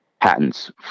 patents